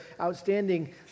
outstanding